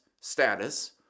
status